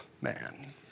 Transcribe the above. man